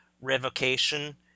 Revocation